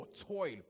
toil